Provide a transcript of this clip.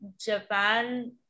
Japan